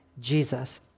Jesus